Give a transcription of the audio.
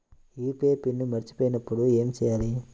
UPI PIN మరచిపోయినప్పుడు ఏమి చేయాలి?